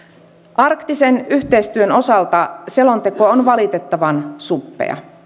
arktisen yhteistyön osalta selonteko on valitettavan suppea